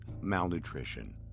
Malnutrition